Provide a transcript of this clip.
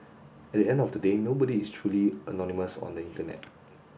at the end of the day nobody is truly anonymous on the internet